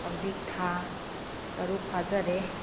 ꯍꯧꯖꯤꯛ ꯊꯥ ꯇꯔꯨꯛ ꯐꯖꯔꯦ